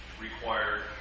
required